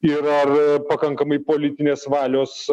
ir ar pakankamai politinės valios